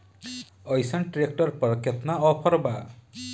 अइसन ट्रैक्टर पर केतना ऑफर बा?